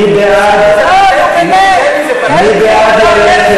מי בעד, ירים את ידו.